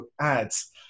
ads